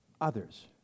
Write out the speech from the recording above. others